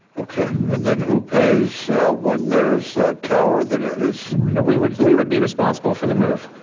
okay and then who pays when there is a tower that is we would we would be responsible for the move.